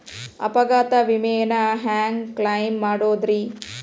ಅಪಘಾತ ವಿಮೆನ ಹ್ಯಾಂಗ್ ಕ್ಲೈಂ ಮಾಡೋದ್ರಿ?